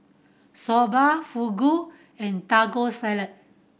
Soba Fugu and Taco Salad